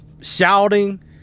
shouting